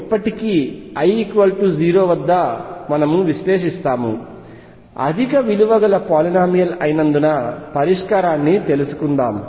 ఇప్పటికీ l 0 వద్ద విశ్లేషిస్తాము అధిక విలువ కల పోలీనోమీయల్ అయిన పరిష్కారాన్ని తెలుసుకుందాం